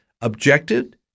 objected